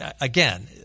again